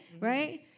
right